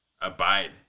abide